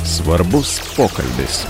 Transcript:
svarbus pokalbis